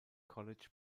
college